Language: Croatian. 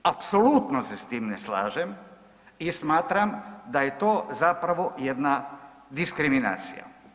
Apsolutno se s time slažem i smatram da je to zapravo jedna diskriminacija.